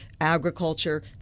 agriculture